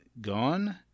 gone